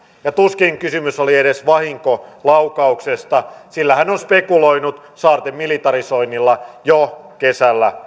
ja tuskin kysymys oli edes vahinkolaukauksesta sillä hän on spekuloinut saarten militarisoinnilla jo kesällä